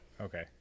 Okay